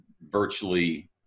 virtually